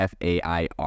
FAIR